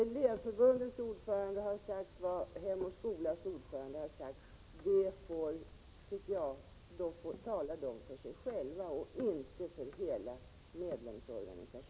Elevförbundets ordförande och Hem och skolas ordförande talar för sig själva och inte för hela medlemsorganisationen.